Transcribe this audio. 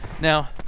Now